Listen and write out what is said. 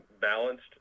balanced